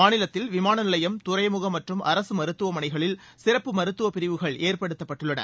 மாநிலத்தில் விமான நிலையம் துறைமுகம் மற்றும் அரசு மருத்துவமனைகளில் சிறப்பு மருத்துவப்பிரிவுகள் ஏற்படுத்தப்பட்டுள்ளன